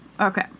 Okay